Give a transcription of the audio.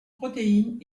protéine